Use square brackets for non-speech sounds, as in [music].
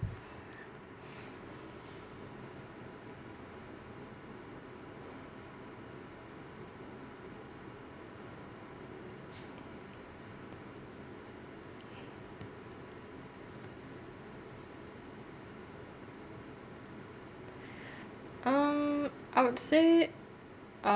[breath] um I would say uh